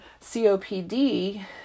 COPD